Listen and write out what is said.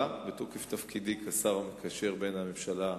בתוקף תפקידי כשר המקשר בין הממשלה לכנסת,